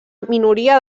minoria